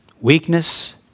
weakness